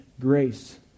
grace